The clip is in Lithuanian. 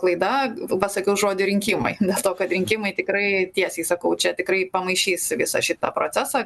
klaida pasakiau žodį rinkimai nes to kad rinkimai tikrai tiesiai sakau čia tikrai pamaišys visą šitą procesą